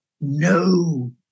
No